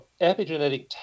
epigenetic